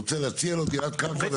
הוא רוצה להציע לו דירת קרקע במקום אחר.